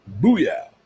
booyah